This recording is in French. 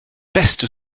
peste